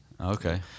Okay